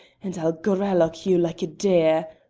and i'll gralloch you like a deer!